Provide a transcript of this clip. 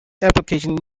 applications